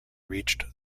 reached